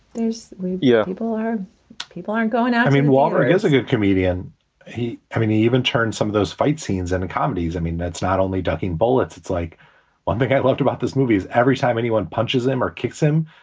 yeah people are people aren't going out. i mean, walter is a good comedian i mean, he even turned some of those fight scenes into comedies. i mean, that's not only ducking bullets. it's like one thing i loved about this movie is every time anyone punches them or kicks him,